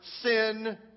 sin